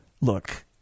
look